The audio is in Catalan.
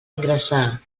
ingressar